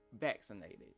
vaccinated